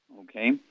okay